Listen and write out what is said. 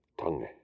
tongue